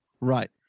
right